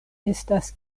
estas